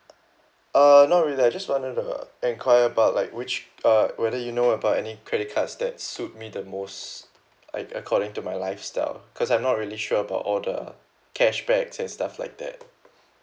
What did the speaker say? uh not really I just wanted to enquire about like which uh whether you know about any credit cards that suit me the most like according to my lifestyle cause I'm not really sure about all the cashback say stuff like that